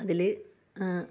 അതിൽ